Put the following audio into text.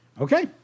Okay